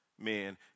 Men